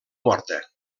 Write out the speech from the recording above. morta